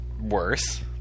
Worse